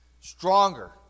stronger